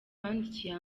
bandikiye